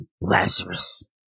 Lazarus